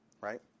Right